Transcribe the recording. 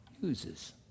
uses